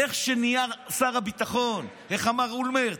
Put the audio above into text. איך שנהיה שר הביטחון, איך אמר אולמרט?